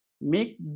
make